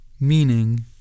meaning